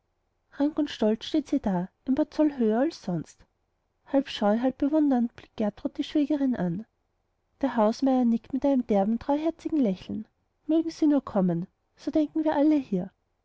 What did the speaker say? und stolz steht sie da ein paar zoll höher denn sonst halb scheu halb bewundernd blickt gertrud die schwägerin an der hausmeier nickt mit einem derben treuherzigen lächeln mögen sie nur kommen so denken wir alle hier